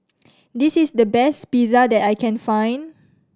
this is the best Pizza that I can find